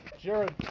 Jared